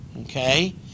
Okay